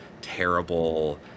terrible